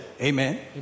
amen